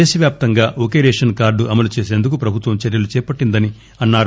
దేశవ్యాప్తంగా ఒకే ration card అమలు చేసేందుకు ప్రభుత్వం చర్యలు చేపట్టిందని అన్నారు